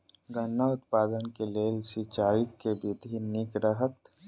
गन्ना उत्पादन केँ लेल सिंचाईक केँ विधि नीक रहत?